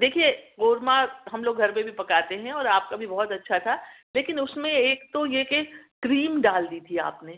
دیکھیے قورمہ ہم لوگ گھر میں بھی پکاتے ہیں اور آپ کا بھی بہت اچھا تھا لیکن اُس میں ایک تو یہ کہ کریم ڈال دی تھی آپ نے